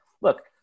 Look